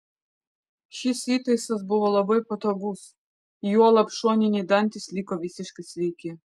šis įtaisas buvo labai patogus juolab šoniniai dantys liko visiškai sveiki